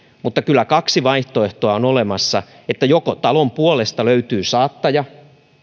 mutta kyllä kaksi vaihtoehtoa on olemassa joko talon puolesta löytyy saattaja